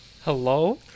Hello